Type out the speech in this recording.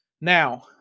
now